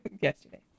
yesterday